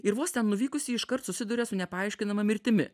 ir vos ten nuvykusi iškart susiduria su nepaaiškinama mirtimi